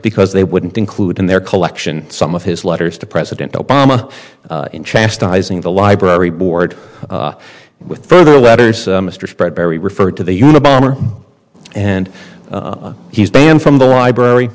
because they wouldn't include in their collection some of his letters to president obama in chastising the library board with further letters mr spread barry referred to the unabomber and he's banned from the library